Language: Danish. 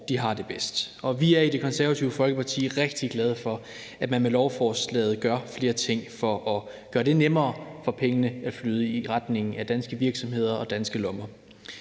de har det bedst. Vi er i Det Konservative Folkeparti rigtig glade for, at man med lovforslaget gør flere ting for at gøre det nemmere for pengene at flyde i retning af danske virksomheder og danske lommer.